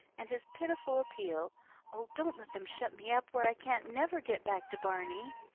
and his pitiful appeal oh, don't let them shut me up where i can't never get back to barney.